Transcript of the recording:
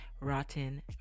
rotten